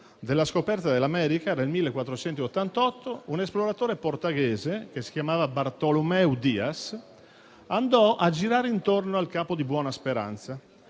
della scoperta dell'America, nel 1488, un esploratore portoghese, che si chiamava Bartolomeu Dias, andò a girare intorno al Capo di Buona Speranza